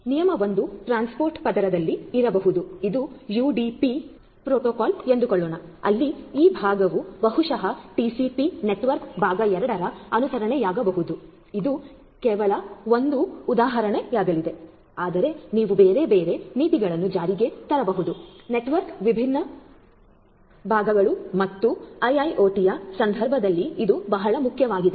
ಆದ್ದರಿಂದ ನಿಯಮ 1 ಟ್ರಾನ್ಸ್ಪೋರ್ಟ್ ಪದರದಲ್ಲಿ ಇರಬಹುದು ಇದು ಯುಡಿಪಿ ಎಂದುಕೊಳ್ಳೋಣ ಅಲ್ಲಿ ಈ ಭಾಗವು ಬಹುಶಃ ಟಿಸಿಪಿ ನೆಟ್ವರ್ಕ್ ಭಾಗ 2 ರ ಅನುಸರಣೆಯಾಗಬಹುದು ಇದು ಕೇವಲ ಒಂದು ಉದಾಹರಣೆಯಾಗಿದೆ ಆದರೆ ನೀವು ಬೇರೆ ಬೇರೆ ನೀತಿಗಳನ್ನು ಜಾರಿಗೆ ತರಬಹುದು ನೆಟ್ವರ್ಕ್ನ ವಿವಿಧ ಭಾಗಗಳು ಮತ್ತು IIoT ಯ ಸಂದರ್ಭದಲ್ಲಿ ಇದು ಬಹಳ ಮುಖ್ಯವಾಗಿದೆ